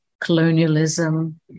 colonialism